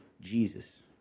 Jesus